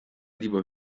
lieber